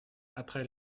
après